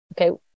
Okay